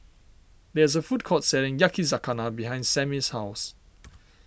there is a food court selling Yakizakana behind Sammie's house